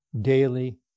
daily